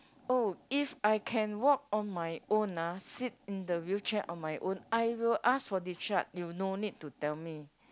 oh if I can walk on my own ah sit in the wheelchair on my own I will ask for discharge you no need to tell me